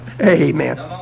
Amen